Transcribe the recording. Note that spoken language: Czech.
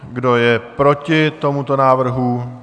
Kdo je proti tomuto návrhu?